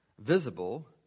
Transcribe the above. visible